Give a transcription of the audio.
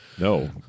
No